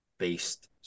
based